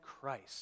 Christ